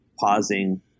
Pausing